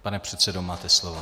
Pane předsedo, máte slovo.